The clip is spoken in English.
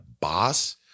boss